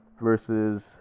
versus